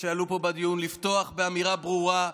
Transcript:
שעלו לפה בדיון לפתוח באמירה ברורה,